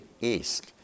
east